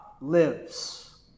lives